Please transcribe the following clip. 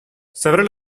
several